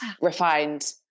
refined